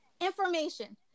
information